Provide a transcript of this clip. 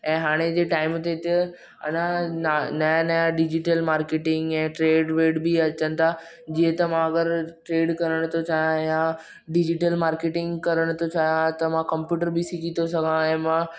ऐं हाणे जे टाइम ते त अञा न नवां नवां डिजीटल मार्केटिंग ऐं ट्रेड व्रेड बि अचनि था जीअं त मां अगरि ट्रेड करणु थो चाहियां या डिजीटल मार्केटिंग करणु थो चाहियां त मां कम्पयूटर बि सिखी थो सघां ऐं मां